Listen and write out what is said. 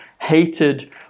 hated